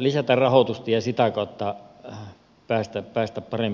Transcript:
lisätä rahoitusta ja sitä kautta päästä paremmille urille